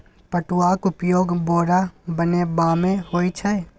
पटुआक उपयोग बोरा बनेबामे होए छै